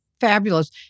Fabulous